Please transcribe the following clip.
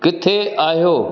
किथे आहियो